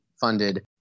funded